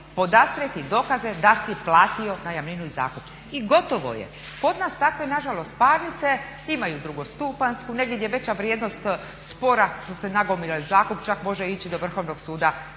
podastrijeti dokaze da si platio najamninu i zakup i gotovo je. Kod nas takve na žalost parnice imaju drugostupanjsku, negdje gdje je veća vrijednost spora su se nagomilali zakup čak može ići do Vrhovnog suda